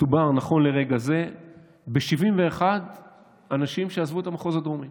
מדובר נכון לרגע זה ב-71 אנשים שעזבו את המחוז הדרומי.